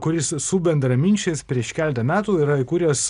kuris su bendraminčiais prieš keletą metų yra įkūręs